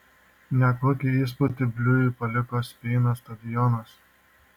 nekokį įspūdį bliujui paliko speino stadionas